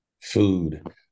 food